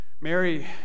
Mary